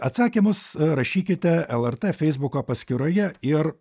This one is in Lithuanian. atsakymus rašykite lrt feisbuko paskyroje ir